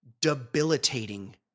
debilitating